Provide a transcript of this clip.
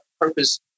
purpose